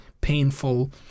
painful